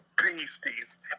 Beasties